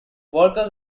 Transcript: workers